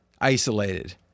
isolated